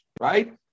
right